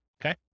Okay